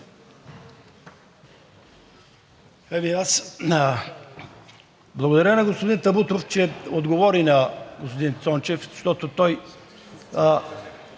Благодаря на господин Табутов, че отговори на господин Ганев, защото той…